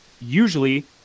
Usually